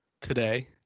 today